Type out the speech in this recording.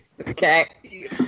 Okay